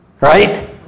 Right